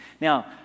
Now